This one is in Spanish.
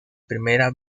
primera